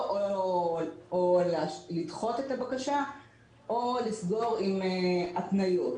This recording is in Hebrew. או לדחות את הבקשה או לסגור עם התניות.